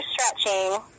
stretching